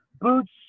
Boots